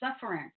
suffering